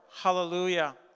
Hallelujah